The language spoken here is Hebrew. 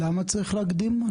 למה צריך להקדים?